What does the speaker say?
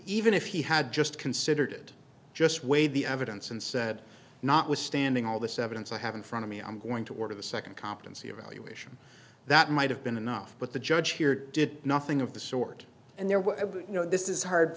even if he had just considered it just weighed the evidence and said not withstanding all this evidence i have in front of me i'm going to order the second competency evaluation that might have been enough but the judge here did nothing of the sort and there were you know this is hard